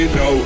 no